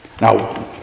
Now